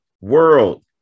world